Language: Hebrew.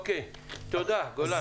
תודה, גולן.